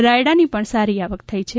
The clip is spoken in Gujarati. રાયડાની પણ સારી આવક થઇ હતી